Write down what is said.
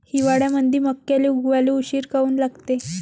हिवाळ्यामंदी मक्याले उगवाले उशीर काऊन लागते?